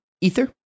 Ether